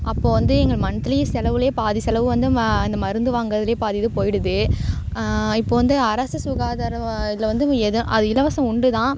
அப்போது வந்து எங்கள் மந்த்லி செலவில் பாதி செலவு வந்து ம இந்த மருந்து வாங்குறதுலேயே பாதி இது போயிடுது இப்போ வந்து அரசு சுகாதாரம் இதில் வந்து எதுவும் அது இலவசம் உண்டு தான்